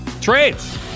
trades